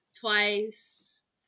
TWICE